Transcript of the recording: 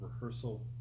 rehearsal